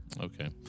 okay